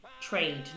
trade